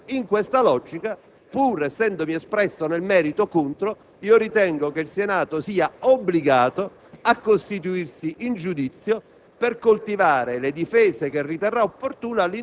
la volontà di un organo di rango costituzionale. In questa logica, pur essendomi espresso nel merito contro, ritengo che il Senato sia obbligato a costituirsi in giudizio